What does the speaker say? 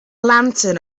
lantern